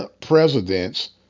presidents